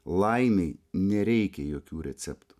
laimei nereikia jokių receptų